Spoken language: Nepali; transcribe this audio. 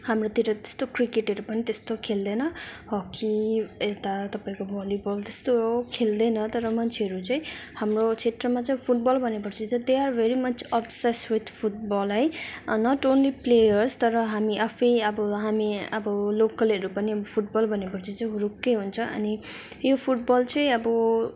हाम्रोतिर त्यस्तो क्रिकेटहरू पनि त्यस्तो खेल्दैन हकी यता तपाईँको भलिबल त्यस्तो खेल्दैन तर मान्छेहरू चाहिँ हाम्रो क्षेत्रमा चाहिँ फुटबल भनेपछि चाहिँ they are very much obsessed with football है अँ नट अन्ली प्लेयर्स तर हामी आफै अब हामी अब लोकलहरू पनि अब फुटबल भनेपछि चाहिँ हुरुक्कै हुन्छ अनि यो फुटबल चाहिँ अब